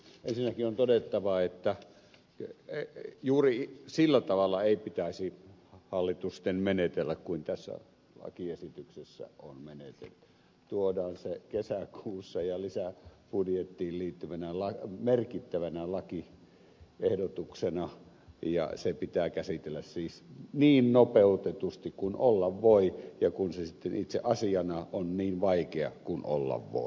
ensinnäkin on todettava että juuri sillä tavalla ei pitäisi hallitusten menetellä kuin tässä lakiesityksessä on menetelty tuodaan se kesäkuussa ja lisäbudjettiin liittyvänä merkittävänä lakiehdotuksena ja se pitää käsitellä siis niin nopeutetusti kuin olla voi ja kun se sitten itse asiana on niin vaikea kuin olla voi